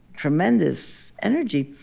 tremendous energy.